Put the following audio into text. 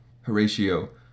Horatio